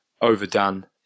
overdone